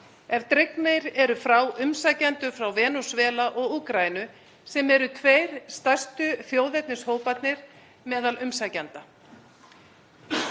ef dregnir eru frá umsækjendur frá Venesúela og Úkraínu sem eru tveir stærstu þjóðernishóparnir meðal umsækjenda.